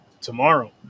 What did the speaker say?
Tomorrow